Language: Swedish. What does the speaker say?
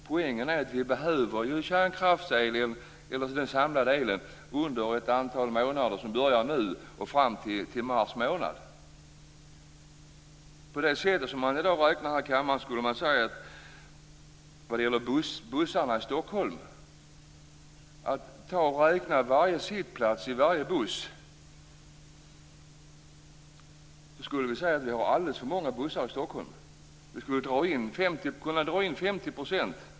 Poängen är att vi behöver den samlade elen under ett antal månader från nu till mars månad. På det sätt som man i dag räknar här i kammaren skulle man säga när det gäller bussarna i Stockholm, om man räknar varje sittplats i varje buss, att vi har alldeles för många bussar i Stockholm. Vi skulle kunna dra in 50 %.